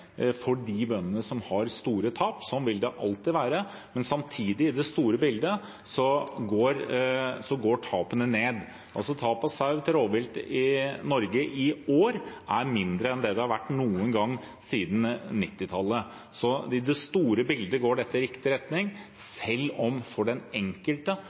for de bøndene som har store tap, slik vil det alltid være. Men samtidig – i det store bildet – går tapene ned. Tap av sau til rovvilt i Norge i år er mindre enn det har vært noen gang siden 1990-tallet. Så i det store bildet går dette i riktig retning, selv om det alltid vil være enkelte